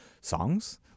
songs